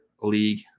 League